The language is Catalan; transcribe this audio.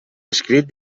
escrit